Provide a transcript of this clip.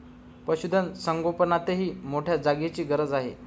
पशुधन संगोपनातही मोठ्या जागेची गरज आहे